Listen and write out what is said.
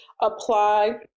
apply